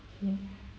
mm